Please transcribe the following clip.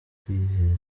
kwiherera